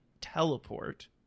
teleport